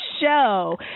show